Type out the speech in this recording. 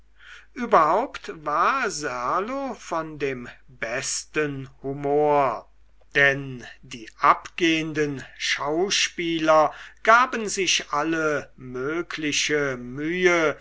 überhaupt war serlo von dem besten humor denn die abgehenden schauspieler gaben sich alle mögliche mühe